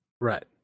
Right